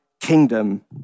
kingdom